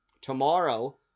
tomorrow